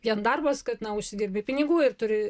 vien darbas kad na užsidirbi pinigų ir turi